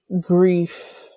grief